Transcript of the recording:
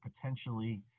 potentially